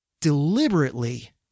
deliberately